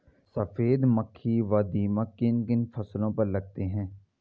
सफेद मक्खी व दीमक किन किन फसलों पर लगते हैं?